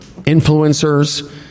Influencers